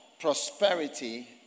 prosperity